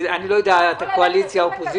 אני לא יודע אם אתה קואליציה או אופוזיציה.